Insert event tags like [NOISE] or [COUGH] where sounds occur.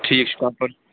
ٹھیٖک چھُ [UNINTELLIGIBLE]